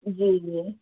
جی جی